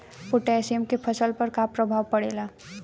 Potassium के फसल पर का प्रभाव पड़ेला?